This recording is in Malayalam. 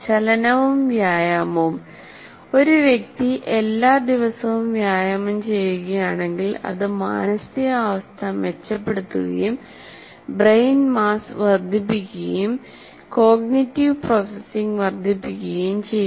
ചലനവും വ്യായാമവും ഒരു വ്യക്തി എല്ലാ ദിവസവും വ്യായാമം ചെയ്യുകയാണെങ്കിൽ അത് മാനസികാവസ്ഥ മെച്ചപ്പെടുത്തുകയും ബ്രെയിൻ മാസ്സ് വർദ്ധിപ്പിക്കുകയും കോഗ്നിറ്റീവ് പ്രോസസ്സിംഗ് വർദ്ധിപ്പിക്കുകയും ചെയ്യുന്നു